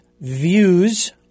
views